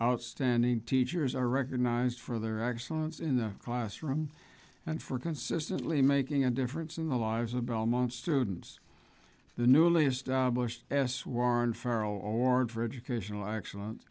outstanding teachers are recognized for their excellence in the classroom and for consistently making a difference in the lives of belmont students the newly established s warren farrel ord for educational excellen